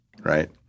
right